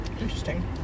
Interesting